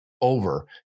over